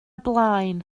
blaen